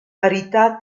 parità